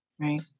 Right